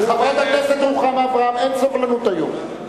חברת הכנסת רוחמה אברהם, אין סבלנות היום.